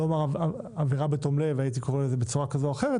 לא אומר עבירה בתום לב הייתי קורא לזה בצורה כזו או אחרת